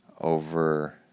over